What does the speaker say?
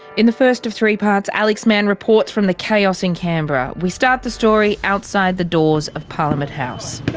in the first of three parts alex mann reports from the chaos in canberra. we start the story outside the doors of parliament house.